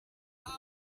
face